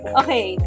okay